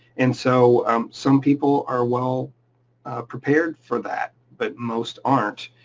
and so some people are well prepared for that, but most aren't.